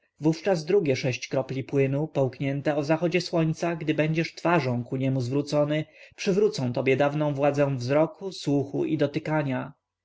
wówczas drugie sześć kropli płynu połknięte o zachodzie słońca gdy będziesz twarzą ku niemu zwrócony przywrócą tobie dawną władzę wzroku słuchu i dotykania